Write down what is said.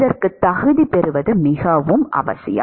இதற்குத் தகுதி பெறுவது மிகவும் அவசியம்